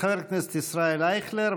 חבר הכנסת ישראל אייכלר,